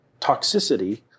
toxicity